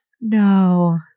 No